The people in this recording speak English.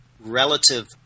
relative